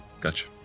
gotcha